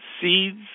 seeds